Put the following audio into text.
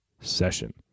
session